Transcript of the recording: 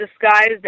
disguised